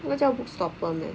他们叫 book stopper meh